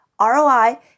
ROI